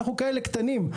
אנחנו כאלה קטנים,